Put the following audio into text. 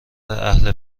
اهل